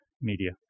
media